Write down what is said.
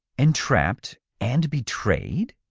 entrapped and betrayed?